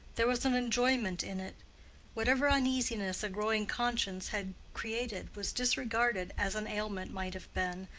there was an enjoyment in it whatever uneasiness a growing conscience had created was disregarded as an ailment might have been,